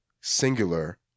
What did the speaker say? singular